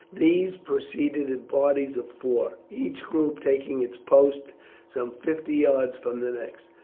these proceeded in parties of four, each group taking its post some fifty yards from the next.